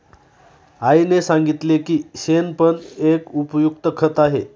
आईने सांगितले की शेण पण एक उपयुक्त खत आहे